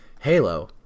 Halo